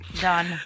Done